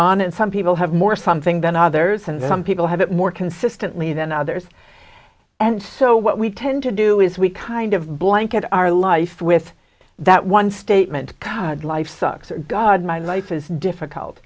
on and some people have more something than others and some people have it more consistently than others and so what we tend to do is we kind of blanket our life with that one statement god life sucks or god my life is difficult